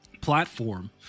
platform